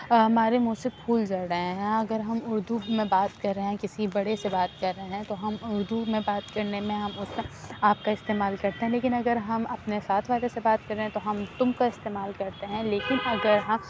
ہمارے منہ سے پھول جھڑ رہے ہیں اگر ہم اردو میں بات کر رہے ہیں کسی بڑے سے بات کر رہے ہیں تو ہم اردو میں بات کرنے میں ہم اس کا آپ کا استعمال کرتے ہیں لیکن اگر ہم اپنے ساتھ والے سے بات کر رہے ہیں تو ہم تم کا استعمال کرتے ہیں لیکن اگر ہم